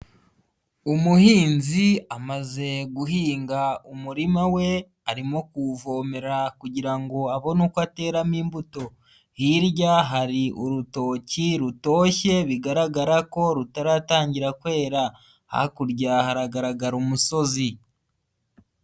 Umuhinzi amaze guhinga umurima we arimo kuwuvomera kugira ngo abone uko ateramo imbuto, hirya hari urutoki rutoshye bigaragara ko rutaratangira kwera, hakurya haragaragara umusozi.